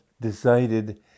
decided